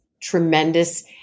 tremendous